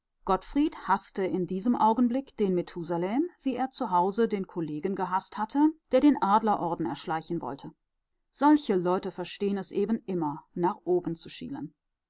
gottfried haßte in diesem augenblick den methusalem wie er zu hause den kollegen gehaßt hatte der den adlerorden erschleichen wollte solche leute verstehen es eben immer nach oben zu schielen